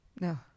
No